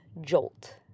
jolt